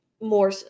more